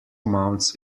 amounts